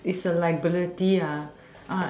it's it's a liability